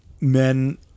men